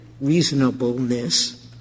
reasonableness